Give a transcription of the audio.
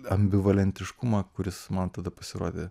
ambivalentiškumą kuris man tada pasirodė